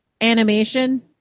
animation